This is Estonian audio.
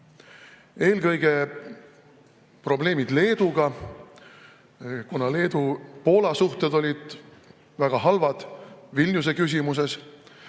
Eelkõige probleemid Leeduga, kuna Leedu-Poola suhted olid väga halvad Vilniuse küsimuses.